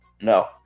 No